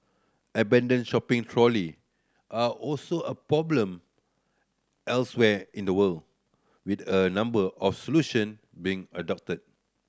abandoned shopping trolley are also a problem elsewhere in the world with a number of solution being adopted